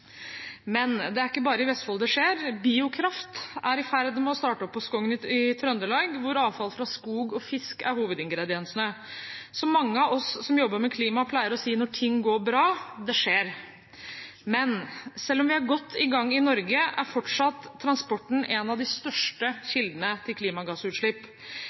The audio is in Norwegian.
Men det er ikke bare i Vestfold det skjer. Biokraft er i ferd med å starte opp på Skogn i Trøndelag, hvor avfall fra skog og fisk er hovedingrediensene. Som mange av oss som jobber med klima, pleier å si når ting går bra: Det skjer. Men, selv om vi er godt i gang i Norge, er fortsatt transport en av de største kildene til klimagassutslipp.